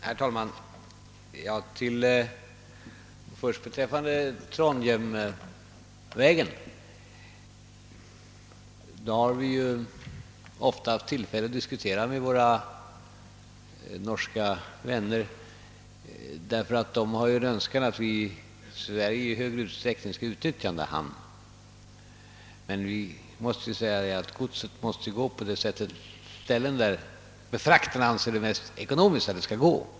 Herr talman! Frågan om Trondheimsvägen har vi ofta haft tillfälle att diskutera med våra norska vänner, eftersom de önskar att vi i Sverige i större utsträckning skall utnyttja Trondheims hamn. Vi måste emellertid hävda att godset skall gå de vägar som befraktarna anser vara mest ekonomiska.